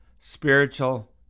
spiritual